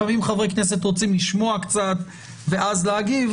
לפעמים חברי כנסת רוצים לשמוע קצת ואז להגיב,